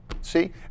See